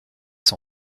son